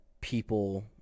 people